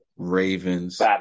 Ravens